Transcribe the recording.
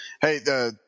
Hey